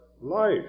life